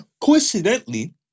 coincidentally